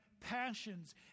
passions